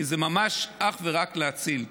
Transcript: כי זה ממש אך ורק להציל.